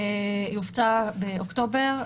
היא הופצה באוקטובר.